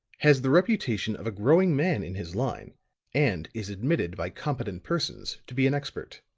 has the reputation of a growing man in his line and is admitted by competent persons to be an expert.